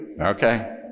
Okay